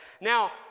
Now